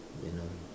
you know